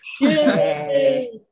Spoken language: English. Yay